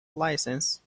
license